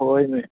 ꯍꯣꯏꯅꯦ